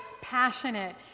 passionate